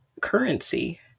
currency